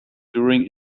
during